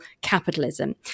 capitalism